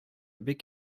бик